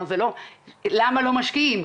למה לא משקיעים?